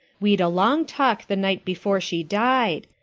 we'd a long talk the night before she died.